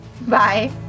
Bye